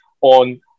on